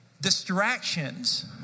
distractions